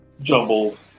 jumbled